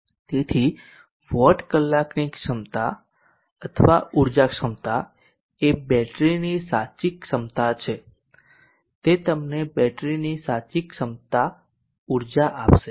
તેથી વોટ કલાકની ક્ષમતા અથવા ઊર્જા ક્ષમતા એ બેટરીની સાચી ક્ષમતા છે તે તમને બેટરીની સાચી ક્ષમતા ઊર્જા આપશે